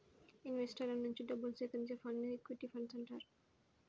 ఇన్వెస్టర్ల నుంచి డబ్బుని సేకరించే ఫండ్స్ను ఈక్విటీ ఫండ్స్ అంటారు